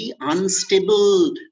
unstable